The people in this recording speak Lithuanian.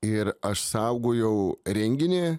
ir aš saugojau renginį